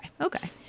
okay